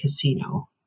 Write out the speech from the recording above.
casino